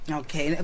okay